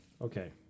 Okay